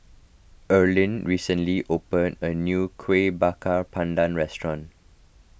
Erline recently opened a new Kuih Bakar Pandan restaurant